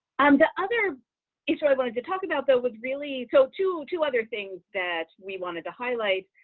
um the other issue i wanted to talk about though was really so to two other things that we wanted to highlight,